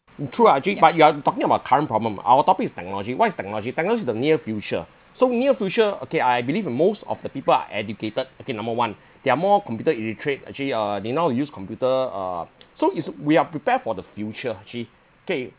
true ah actually but you are talking about current problem our topic is technology what is technology technology is the near future so near future okay I believe in most of the people are educated okay number one they are more computer illiterate actually uh they know how to use computer uh so it's we are prepare for the future actually K